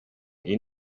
iyi